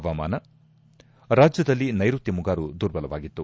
ಹವಾಮಾನ ರಾಜ್ಯದಲ್ಲಿ ನೈರುತ್ಕ ಮುಂಗಾರು ದುರ್ಬಲವಾಗಿತ್ತು